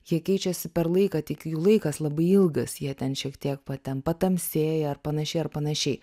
jie keičiasi per laiką tik jų laikas labai ilgas jie ten šiek tiek pa ten patamsėja ar panašiai ar panašiai